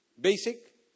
Basic